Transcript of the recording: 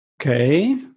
Okay